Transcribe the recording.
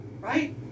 right